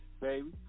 baby